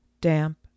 damp